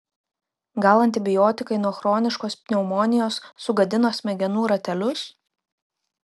gal antibiotikai nuo chroniškos pneumonijos sugadino smegenų ratelius